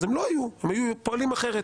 הם היו פועלים אחרת.